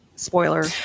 Spoiler